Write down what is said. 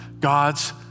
God's